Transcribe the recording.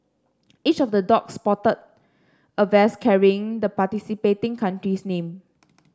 each of the dog sported a vest carrying the participating country's name